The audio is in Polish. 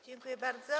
Dziękuję bardzo.